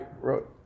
wrote